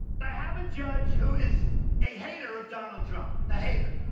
i have judge who is a hater of donald trump. a hater.